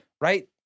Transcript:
Right